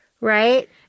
right